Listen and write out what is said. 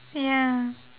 ya